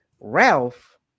Ralph